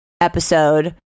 episode